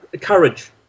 courage